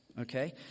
okay